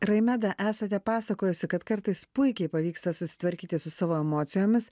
raimeda esate pasakojusi kad kartais puikiai pavyksta susitvarkyti su savo emocijomis